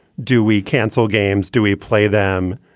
do we cancel games? do we play them?